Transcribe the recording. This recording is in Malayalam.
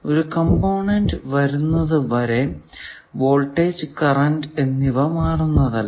ഒരു കംപോണന്റ് വരുന്നത് വരെ വോൾടേജ് കറന്റ് എന്നിവ മാറുന്നതല്ല